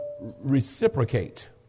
reciprocate